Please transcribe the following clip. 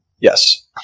Yes